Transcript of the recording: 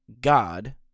God